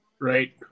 right